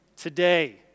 Today